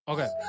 Okay